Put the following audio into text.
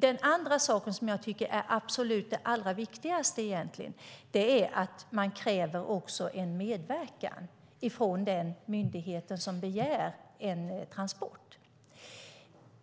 Den andra saken, som jag egentligen tycker är allra viktigast, är att man också kräver en medverkan från den myndighet som begär en transport.